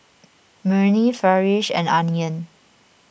Murni Farish and Aryan